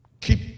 keep